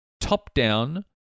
top-down